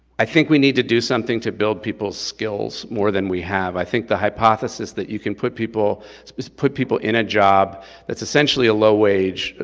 i think we need to do something to build people's skills more than we have. i think the hypothesis that you can put people put people in a job that's essentially a low wage,